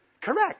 Correct